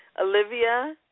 Olivia